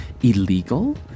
illegal